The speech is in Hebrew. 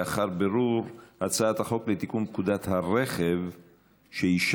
לאחר בירור: בהצעת החוק לתיקון פקודת הרכב שאישרנו,